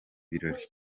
birori